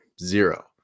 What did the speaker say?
zero